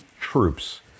troops